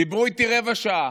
דיברו איתי רבע שעה,